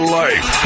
life